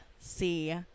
see